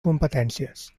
competències